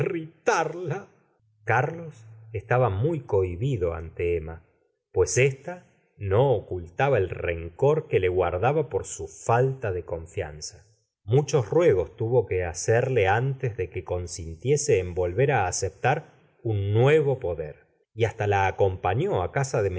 carlos estaba muy cohibido ante emma pues ésta no ocultaba el rencor que le guardaba por su falta de confianza muchos ruegos tuvo que hacerle antes de que consintiese en volver é aceptar un nuevo poder y hasta la acompañó á casa de